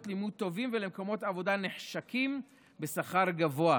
לימוד טובים ולמקומות עבודה נחשקים בשכר גבוה,